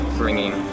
bringing